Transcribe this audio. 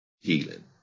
healing